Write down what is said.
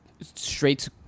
Straight